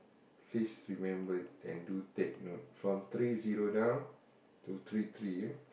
please remember and do take note from three zero now to three three eh